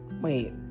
wait